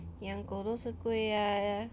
养狗都是贵 ah